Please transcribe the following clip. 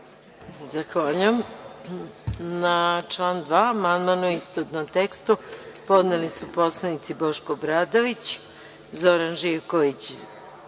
Zahvaljujem. Na član 2. amandman u istovetnom tekstu podneli su poslanici Boško Obradović, Zoran Živković,